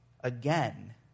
again